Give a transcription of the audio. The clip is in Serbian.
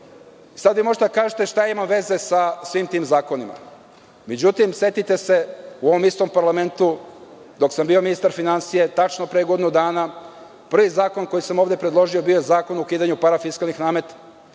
vi možete da kažete šta to ima veze sa svim tim zakonima. Međutim, setite se, u ovom istom parlamentu dok sam bio ministar finansija tačno pre godinu dana prvi zakon koji sam ovde predložio bio je Zakon o ukidanju parafiskalnih nameta.